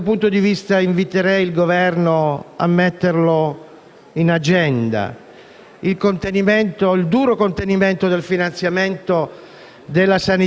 È passato anche di lì: non erano vaccinati da questo. E ciò ha lasciato molti segni di sé: blocchi del *turnover*,